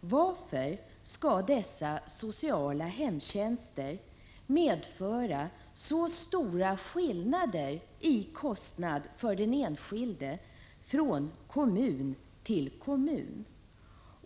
Varför skall dessa sociala hemtjänster medföra så stora skillnader i kostnad för den enskilde från kommun till kommun?